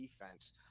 defense